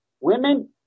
Women